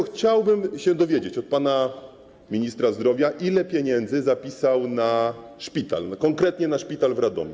Chciałbym się dowiedzieć od pana ministra zdrowia, ile pieniędzy zapisał na szpital, konkretnie na szpital w Radomiu.